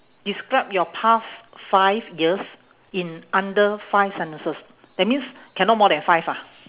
describe your past five years in under five sentences that means cannot more than five ah